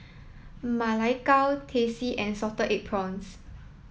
Ma Lai Gao Teh C and Salted Egg Prawns